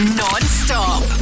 non-stop